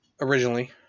originally